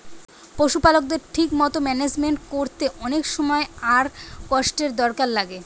পশুপালকের ঠিক মতো ম্যানেজমেন্ট কোরতে অনেক সময় আর কষ্টের দরকার লাগে